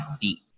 feet